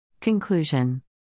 Conclusion